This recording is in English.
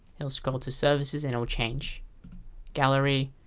will scroll to services and it will change gallery,